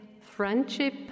friendship